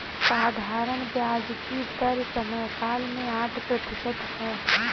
साधारण ब्याज की दर समयकाल में आठ प्रतिशत है